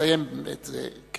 שנסיים את זה.